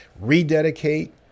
rededicate